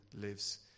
lives